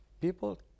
people